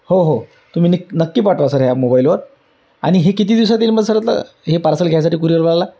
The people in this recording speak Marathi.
हो हो तुम्ही न नक्की पाठवा सर ह्या मोबाईलवर आणि हे किती दिवसात येईल मग सरतलं हे पार्सल घ्यायसाठी कुरिअरवाराला